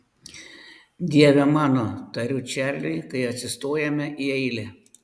dieve mano tariu čarliui kai atsistojame į eilę